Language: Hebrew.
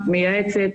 מייעצת,